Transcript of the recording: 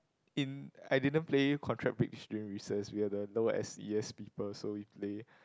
in I didn't play contract bridge during recess together we are the low S_E_S people so we play